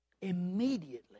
Immediately